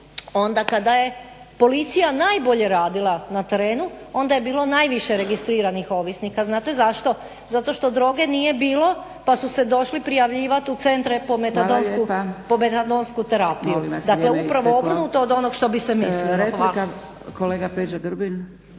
onda kada je policija najbolje radila na terenu onda je bilo najviše registriranih ovisnika. Znate zašto? Zato što droge nije bilo, pa su se došli prijavljivat u centre po metadonsku terapiju. …/Upadica Zgrebec: Hvala